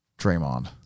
Draymond